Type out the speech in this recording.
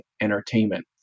Entertainment